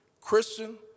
Christian